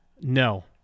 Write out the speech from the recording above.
No